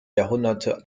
jahrhunderte